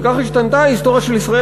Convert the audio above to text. וכך השתנתה ההיסטוריה של ישראל.